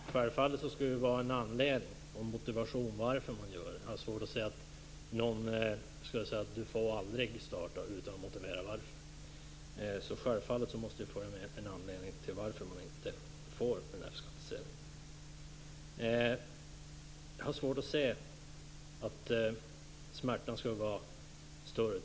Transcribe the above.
Fru talman! I det här fallet skulle det ju finnas en anledning och en motivering till varför man gör det. Jag har svårt att se att någon skulle säga: Du får aldrig starta - utan att motivera varför. Självfallet måste det finnas med en anledning till varför man inte får F Jag har svårt att se att smärtan skulle vara större.